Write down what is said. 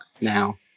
now